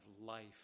life